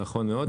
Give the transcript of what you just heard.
נכון מאוד.